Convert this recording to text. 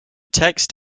text